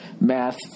math